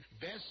Best